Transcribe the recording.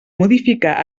modificar